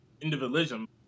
individualism